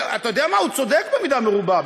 ואתה יודע מה, הוא צודק במידה מרובה.